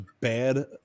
bad